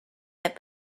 that